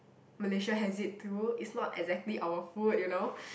Malaysia has it too it's not exactly our food you know